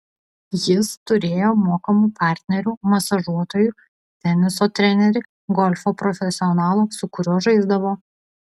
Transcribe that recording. jis turėjo mokamų partnerių masažuotojų teniso trenerį golfo profesionalą su kuriuo žaisdavo